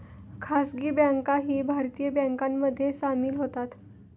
खासगी बँकाही भारतीय बँकांमध्ये सामील होतात